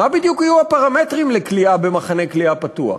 מה בדיוק יהיו הפרמטרים לכליאה במחנה כליאה פתוח?